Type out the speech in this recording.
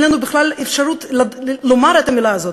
אין לנו בכלל אפשרות לומר את המילה הזאת,